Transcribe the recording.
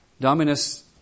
Dominus